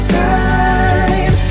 time